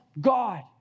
God